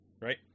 right